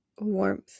warmth